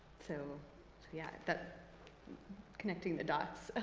so yeah, that connecting the dots.